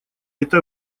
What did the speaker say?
это